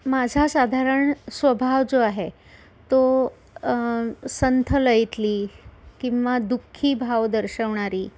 माझा साधारण स्वभाव जो आहे तो संथ लयीतली किंवा दुःखी भाव दर्शवणारी